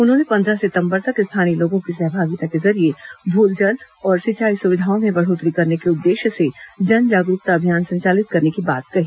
उन्होंने पंद्रह सितंबर तक स्थानीय लोगों की सहभागिता के जरिये भू जल और सिंचाई सुविधाओं में बढ़ोत्तरी करने के उद्देश्य से जन जागरूकता अभियान संचालित करने की बात कही